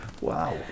Wow